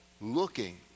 Looking